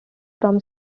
from